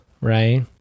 right